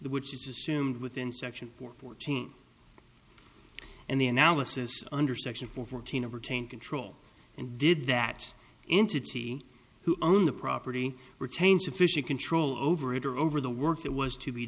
which is assumed within section fourteen and the analysis under section fourteen of retain control and did that entity who owned the property retain sufficient control over it or over the work that was to be